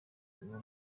uwo